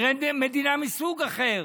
נראה מדינה מסוג אחר.